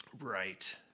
Right